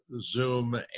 Zoom